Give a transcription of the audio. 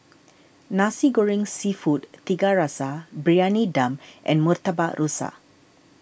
Nasi Goreng Seafood Tiga Rasa Briyani Dum and Murtabak Rusa